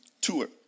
tour